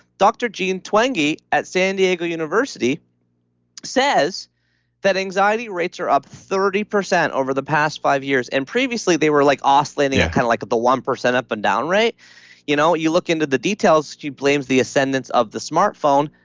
dr. jean twenge at san diego university says that anxiety rates are up thirty percent over the past five years. and previously, they were like oscillating kind of like at the one percent up and down rate you know you look into the details, she blames the ascendance of the smartphone.